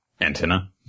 antenna